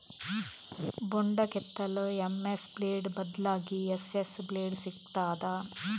ಬೊಂಡ ಕೆತ್ತಲು MS blade ಬದ್ಲಾಗಿ ಎಸ್.ಎಸ್ ಬ್ಲೇಡ್ ಸಿಕ್ತಾದ?